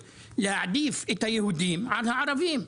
להעדיף את היהודים על האזרחים הערבים.